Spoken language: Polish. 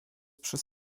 przez